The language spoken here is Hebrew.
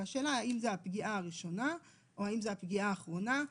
והשאלה האם זה הפגיעה הראשונה או האם זה הפגיעה האחרונה.